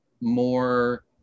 more